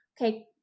okay